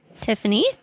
Tiffany